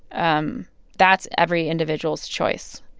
um that's every individual's choice